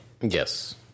Yes